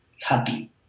happy